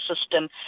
system